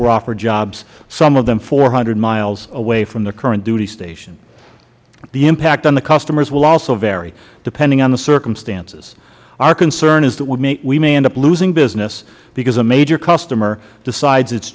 were offered jobs some of them four hundred miles away from their current duty station the impact on the customers will also vary depending on the circumstances our concern is that we may end up losing business because a major customer decides it